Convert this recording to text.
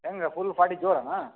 ಹೆಂಗೆ full party ಜೋರನಾ